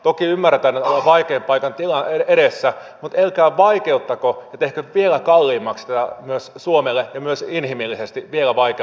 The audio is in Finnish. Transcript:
toki ymmärretään että ollaan vaikean paikan edessä mutta älkää vaikeuttako ja tehkö vielä kalliimmaksi tätä myös suomelle ja myös inhimillisesti vielä vaikeammaksi koko tilannetta